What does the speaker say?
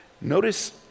Notice